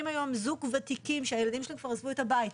היום זוג ותיקים שהילדים שלהם כבר עזבו את הבית,